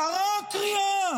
קרא קריאה